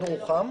מאיזו בחינה?